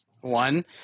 one